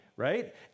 right